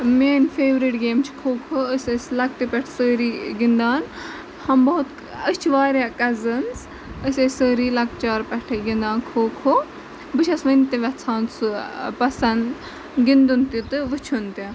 میٲنۍ favourite game چھےٚ کھو کھو کھو کھو ٲسۍ أسۍ لۄکٹہِ پٮ۪ٹھ سٲری گِندان ہم بہت أسۍ چھِ واریاہ کَزٕنز أسۍ ٲسۍ سٲری لۄکچار پٮ۪ٹھٕے گِندان کھو کھو بہٕ چھَس وٕنۍ تہِ گژھان سُہ پَسند گِندُن تہِ تہٕ وٕچھُن تہِ